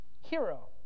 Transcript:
Hero